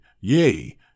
yea